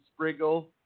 Spriggle